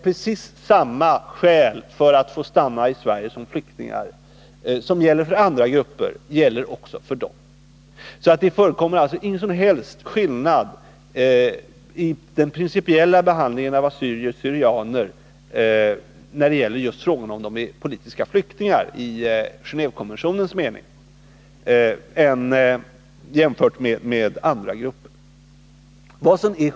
Precis samma skäl för att få stanna i Sverige som flyktingar som gäller för andra grupper gäller också för dem. Det förekommer alltså ingen som helst skillnad i den principiella behandlingen av assyrier/syrianer när det gäller just frågan om de är politiska flyktingar i Genévekonventionens mening.